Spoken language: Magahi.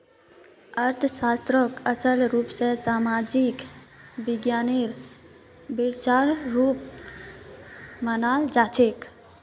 अर्थशास्त्रक असल रूप स सामाजिक विज्ञानेर ब्रांचेर रुपत मनाल जाछेक